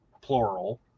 plural